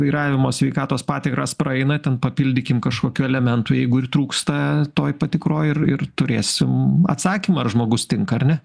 vairavimo sveikatos patikras praeina ten papildykim kažkokiu elementu jeigu ir trūksta toj patikroj ir ir turėsim atsakymą ar žmogus tinka ar ne